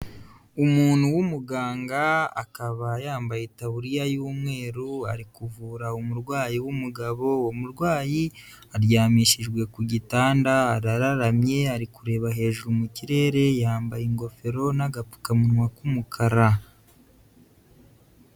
Umuntu w'umuganga akaba yambaye taburiya y'umweru, ari kuvura umurwayi w'umugabo, uwo murwayi aryamishijwe ku gitand, arararamye, ari kureba hejuru mu kirere, yambaye ingofero n'agapfukamunwa k'umukara.